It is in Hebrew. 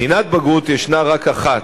בחינת בגרות, יש רק אחת,